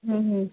হুম